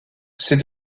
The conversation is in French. ces